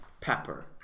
pepper